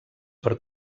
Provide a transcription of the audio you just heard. per